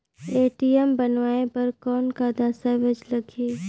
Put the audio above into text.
ATM बनवाय बर कौन का दस्तावेज लगही?